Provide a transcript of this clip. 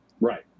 right